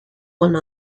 one